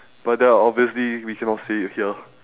but then obviously we cannot say it here